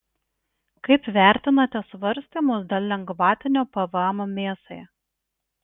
kaip vertinate svarstymus dėl lengvatinio pvm mėsai